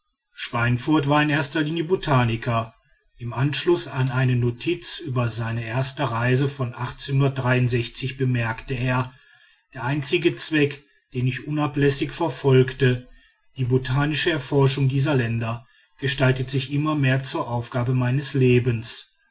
schweinfurth war in erster linie botaniker im anschluß an eine notiz über seine erste reise von bemerkte er der einzige zweck den ich unablässig verfolgte die botanische erforschung dieser länder gestaltete sich immer mehr zur aufgabe meines lebens